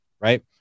right